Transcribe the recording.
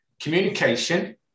communication